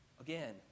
again